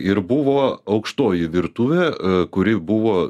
ir buvo aukštoji virtuvė kuri buvo